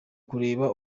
ukureba